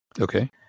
Okay